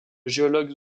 géologue